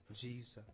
Jesus